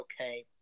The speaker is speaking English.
okay